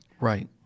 Right